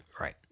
right